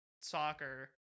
soccer